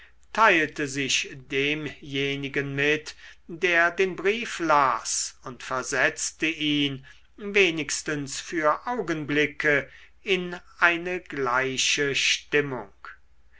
teilte sich demjenigen mit der den brief las und versetzte ihn wenigstens für augenblicke in eine gleiche stimmung